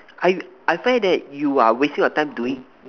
I I find that you are wasting your time doing